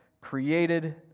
created